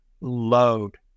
load